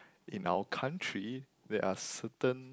in our country there are certain